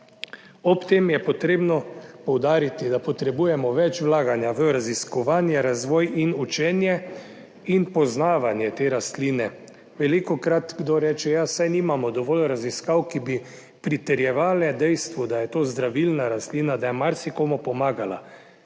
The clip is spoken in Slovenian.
Ob tem je potrebno poudariti, da potrebujemo več vlaganja v raziskovanje, razvoj in učenje in poznavanje te rastline. Velikokrat kdo reče, ja, saj nimamo dovolj raziskav, ki bi pritrjevale dejstvu, da je to zdravilna rastlina, da je marsikomu pomagala.